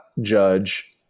Judge